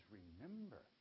remember